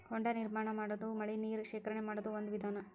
ಹೊಂಡಾ ನಿರ್ಮಾಣಾ ಮಾಡುದು ಮಳಿ ನೇರ ಶೇಖರಣೆ ಮಾಡು ಒಂದ ವಿಧಾನಾ